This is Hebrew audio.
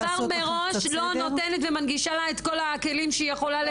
היא כבר מראש לא נותנת ומנגישה לה את כל הכלים שהיא יכולה לקבל.